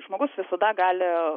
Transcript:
žmogus visada gali